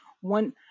one